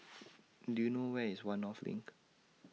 Do YOU know Where IS one North LINK